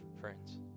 friends